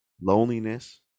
loneliness